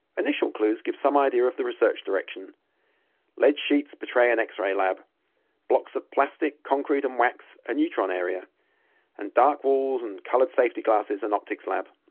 initial clues give some idea of the research direction lead sheets betray an x-ray laboratory blocks of plastic, concrete and wax a neutron area and dark walls and coloured safety glasses an optics lab.